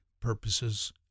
purposes